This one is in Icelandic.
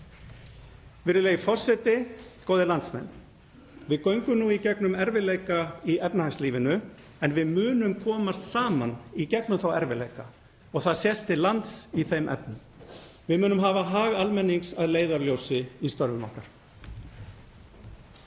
Virðulegi forseti. Góðir landsmenn. Við göngum nú í gegnum erfiðleika í efnahagslífinu en við munum komast saman í gegnum þá erfiðleika og það sést til lands í þeim efnum. Við munum hafa hag almennings að leiðarljósi í störfum okkar.